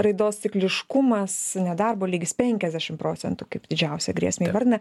raidos cikliškumas nedarbo lygis penkiasdešim procentų kaip didžiausią grėsmę įvardina